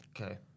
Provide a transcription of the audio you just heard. Okay